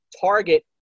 target